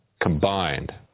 combined